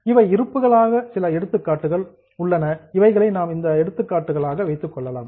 இவை இருப்புக்கான சில எடுத்துக்காட்டுகள் ஆகும்